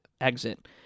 exit